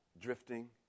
drifting